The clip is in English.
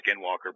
Skinwalker